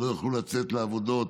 שלא יוכלו לצאת לעבודות